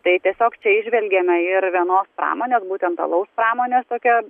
tai tiesiog čia įžvelgiame ir vieno pramonės būtent alaus pramonės tokią